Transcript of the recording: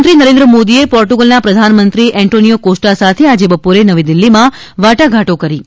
પ્રધાનમંત્રીનરેન્દ્ર મોદીએ પોર્ટુગલના પ્રધાનમંત્રી એન્ટોનીયો કોસ્ટા સાથે આજે બપોરે નવી દિલ્ફીમાંવાટાઘાટો કરી હતી